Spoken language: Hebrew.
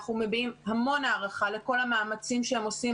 אנחנו מביעים המון הערכה לכל המאמצים שהם עושים,